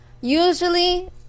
Usually